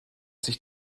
sich